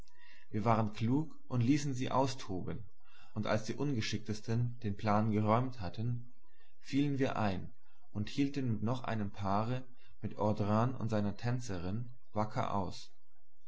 wir waren klug und ließen sie austoben und als die ungeschicktesten den plan geräumt hatten fielen wir ein und hielten mit noch einem paare mit audran und seiner tänzerin wacker aus